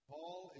Paul